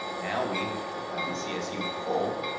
now we have the csu full,